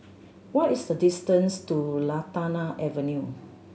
what is the distance to Lantana Avenue